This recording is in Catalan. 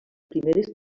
primeres